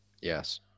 Yes